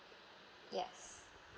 yes